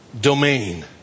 domain